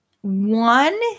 One